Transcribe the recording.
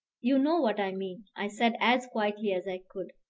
you know what i mean, i said, as quietly as i could,